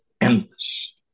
endless